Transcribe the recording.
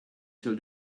till